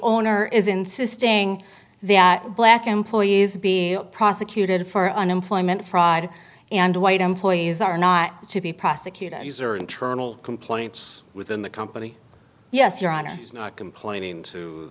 owner is insisting that black employees be prosecuted for unemployment fraud and white employees are not to be prosecuted these are internal complaints within the company yes your honor complaining to